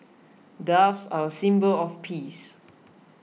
doves are a symbol of peace